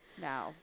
No